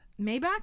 maybach